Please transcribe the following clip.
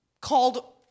called